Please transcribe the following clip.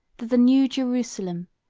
that the new jerusalem,